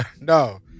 No